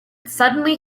suddenly